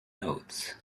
notes